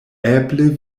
eble